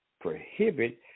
prohibit